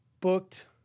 booked